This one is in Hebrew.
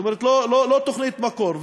זאת אומרת, לא תוכנית מקור.